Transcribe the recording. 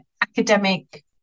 academic